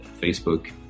facebook